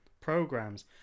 programs